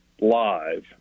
live